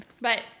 But-